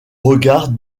regard